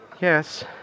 Yes